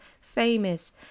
famous